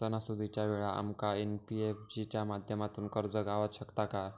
सणासुदीच्या वेळा आमका एन.बी.एफ.सी च्या माध्यमातून कर्ज गावात शकता काय?